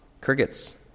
Crickets